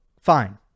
fine